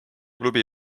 klubi